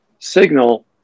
signal